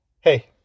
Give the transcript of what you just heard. Hey